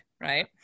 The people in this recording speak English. right